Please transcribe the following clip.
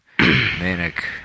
Manic